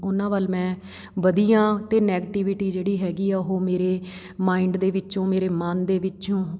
ਉਹਨਾਂ ਵੱਲ ਮੈਂ ਵਧੀ ਹਾਂ ਅਤੇ ਨੈਗਟੀਵਿਟੀ ਜਿਹੜੀ ਹੈਗੀ ਆ ਉਹ ਮੇਰੇ ਮਾਇੰਡ ਦੇ ਵਿੱਚੋਂ ਮੇਰੇ ਮਨ ਦੇ ਵਿੱਚੋਂ